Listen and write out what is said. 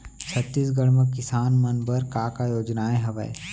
छत्तीसगढ़ म किसान मन बर का का योजनाएं हवय?